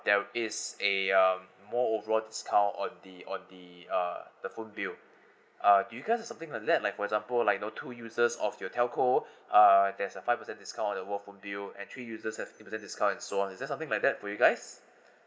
there is a um more overall discount on the on the uh the phone bill uh do you guys have something like that like for example like the two users of your telco uh there's a five percent discount on network for bill actual user's have fifteen percent discount and so on is there something like that for you guys